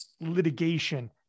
litigation